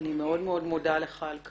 אני מאוד מאוד מודה לך על כך.